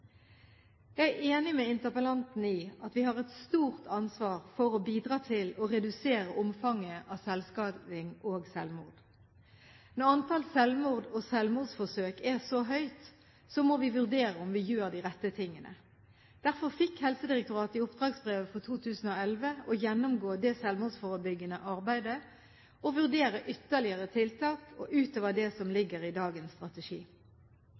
Jeg er enig med interpellanten i at vi har et stort ansvar for å bidra til å redusere omfanget av selvskading og selvmord. Når antall selvmord og selvmordsforsøk er så høyt, må vi vurdere om vi gjør de rette tingene. Derfor fikk Helsedirektoratet i oppdragsbrevet for 2011 i oppdrag å gjennomgå det selvmordsforebyggende arbeidet og vurdere ytterligere tiltak – utover det som ligger i dagens strategi.